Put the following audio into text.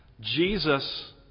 Jesus